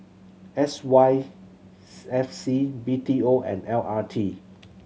S Y F C B T O and L R T